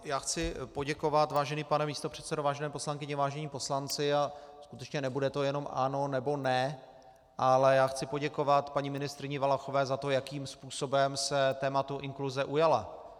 Já chci poděkovat, vážený pane místopředsedo, vážené poslankyně, vážení poslanci skutečně nebude to jenom ano nebo ne ale chci poděkovat paní ministryni Valachové za to, jakým způsobem se tématu inkluze ujala.